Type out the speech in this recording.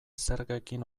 zergekin